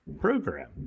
program